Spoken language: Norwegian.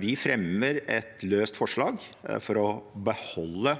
Vi fremmer et løst forslag for å beholde